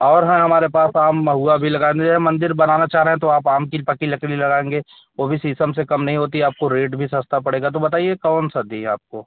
और है हमारे पास आम महुआ भी लगाने मंदिर बनाना चाह रहे हैं तो आम की पकी लकड़ी लगाएँगे वह भी शीशम से कम नहीं होती आपको रेट भी सस्ता पड़ेगा तो बताइए कौन सा दें आपको